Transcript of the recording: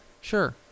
Sure